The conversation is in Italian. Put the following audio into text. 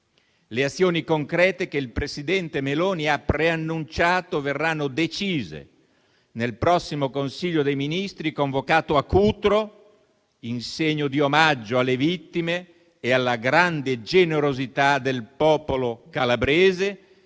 azioni concrete; azioni che il presidente Meloni ha preannunciato verranno decise nel prossimo Consiglio dei ministri convocato a Cutro in segno di omaggio alle vittime e alla grande generosità del popolo calabrese